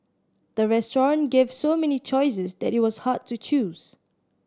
the restaurant gave so many choices that it was hard to choose